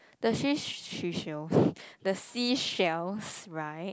the she seashell the seashells right